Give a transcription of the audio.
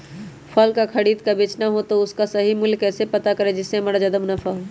फल का खरीद का बेचना हो तो उसका सही मूल्य कैसे पता करें जिससे हमारा ज्याद मुनाफा हो?